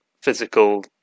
physical